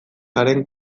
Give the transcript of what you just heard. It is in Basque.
garen